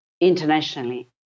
internationally